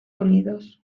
unidos